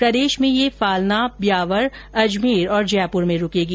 प्रदेश में ये फालना ब्यावर अजमेर और जयपुर में रूकेगी